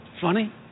Funny